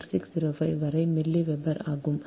4605 வரை milliweber ஆகும்